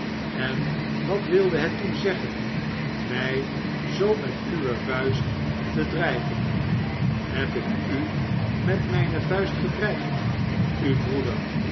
en wat wilde het toen zeggen mij zoo met uwevuist te dreigen heb ik u met mijne vuist gedreigd u broeder